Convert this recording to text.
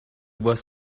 was